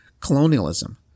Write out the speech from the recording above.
colonialism